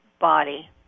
body